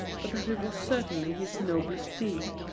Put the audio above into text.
but that it was certainly his noblest deed.